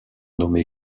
nommé